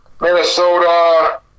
Minnesota